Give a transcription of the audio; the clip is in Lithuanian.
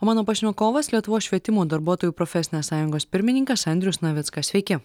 o mano pašnekovas lietuvos švietimo darbuotojų profesinės sąjungos pirmininkas andrius navickas sveiki